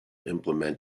implement